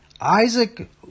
Isaac